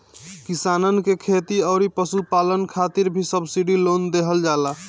किसानन के खेती अउरी पशुपालन खातिर भी सब्सिडी लोन देहल जाला